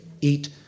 eat